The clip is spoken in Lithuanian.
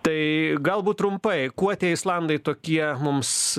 tai galbūt trumpai kuo tie islandai tokie mums